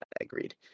agreed